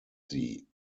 sie